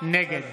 נגד תודה.